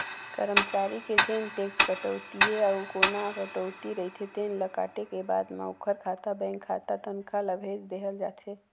करमचारी के जेन टेक्स कटउतीए अउ कोना कटउती रहिथे तेन ल काटे के बाद म ओखर खाता बेंक खाता तनखा ल भेज देहल जाथे